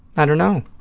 i don't know.